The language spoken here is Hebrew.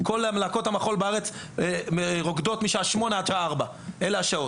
כל להקות המחול בארץ רוקדות משעה 08:00 עד שעה 16:00. שוב,